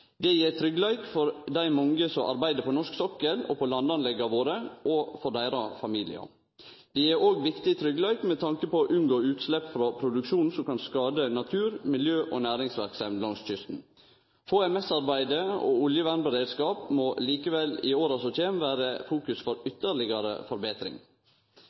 Det gjev tryggleik for dei mange som arbeider på norsk sokkel og på landanlegga våre, og for deira familiar. Det gjev òg viktig tryggleik med tanke på å unngå utslepp frå produksjonen som kan skade natur, miljø og næringsverksemd langs kysten. HMS-arbeid og oljevernberedskap må likevel i åra som kjem, vere gjenstand for ytterlegare forbetring.